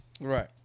Right